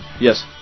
Yes